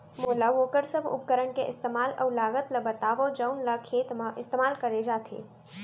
मोला वोकर सब उपकरण के इस्तेमाल अऊ लागत ल बतावव जउन ल खेत म इस्तेमाल करे जाथे?